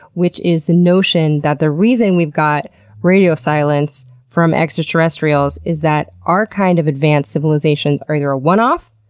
which is the notion that the reason we've got radio silence from extraterrestrials is that our kind of advanced civilizations are either a one off,